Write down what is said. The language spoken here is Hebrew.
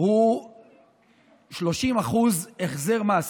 הוא 30% החזר מס